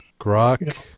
Grok